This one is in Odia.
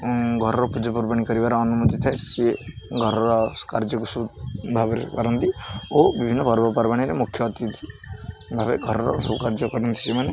ଘରର ପୂଜାପର୍ବାଣି କରିବାର ଅନୁମତି ଥାଏ ସିଏ ଘରର କାର୍ଯ୍ୟକୁ ସୁ ଭାବରେ କରନ୍ତି ଓ ବିଭିନ୍ନ ପର୍ବପର୍ବାଣିରେ ମୁଖ୍ୟ ଅତିଥି ଭାବେ ଘରର ସବୁ କାର୍ଯ୍ୟ କରନ୍ତି ସେମାନେ